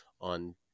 on